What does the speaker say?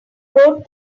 wrote